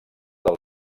del